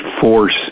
force